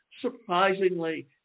Surprisingly